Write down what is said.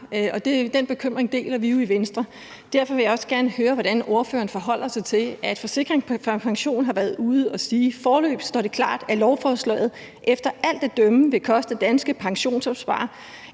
den bekymring deler vi jo i Venstre. Derfor vil jeg også gerne høre, hvordan ordføreren forholder sig til, at Forsikring & Pension har været ude at sige, at det foreløbig står klart, at lovforslaget efter alt at dømme vil koste danske pensionsopsparere